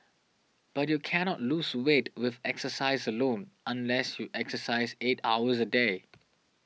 but you cannot lose weight with exercise alone unless you exercise eight hours a day